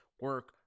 Work